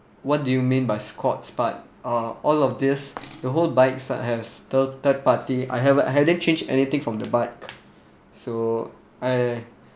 what do you mean by scott's part uh all of this the whole bikes I have still third party I haven't hadn't changed anything from the bike so I